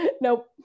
Nope